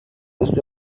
ist